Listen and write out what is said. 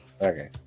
Okay